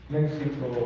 Mexico